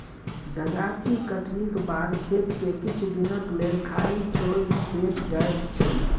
जजाति कटनीक बाद खेत के किछु दिनक लेल खाली छोएड़ देल जाइत छै